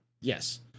Yes